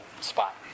spot